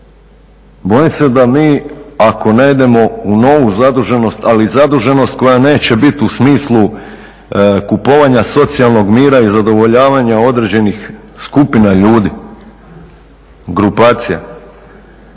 bojim se da mi ako … u novu zaduženost, ali zaduženost koja neće biti u smislu kupovanja socijalnog mira i zadovoljavanja određenih skupina ljudi, grupacija